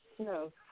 No